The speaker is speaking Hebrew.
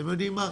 אתם יודעים מה?